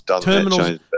terminals